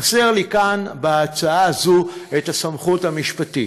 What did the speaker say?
חסרה לי כאן בהצעה הזו הסמכות המשפטית.